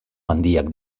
handiak